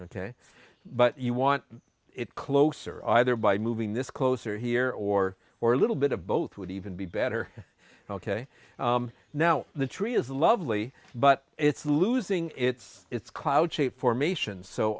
ok but you want it closer either by moving this closer here or or a little bit of both would even be better ok now the tree is lovely but it's losing its its cloud shape formation so